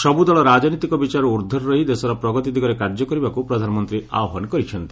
ସବୁ ଦଳ ରାଜନୈତିକ ବିଚାରରୁ ଉର୍ଦ୍ଧ୍ୱରେ ରହି ଦେଶର ପ୍ରଗତି ଦିଗରେ କାର୍ଯ୍ୟ କରିବାକୁ ପ୍ରଧାନମନ୍ତ୍ରୀ ଆହ୍ୱାନ କରିଚ୍ଛନ୍ତି